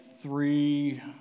three